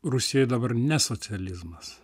rusijoj dabar ne socializmas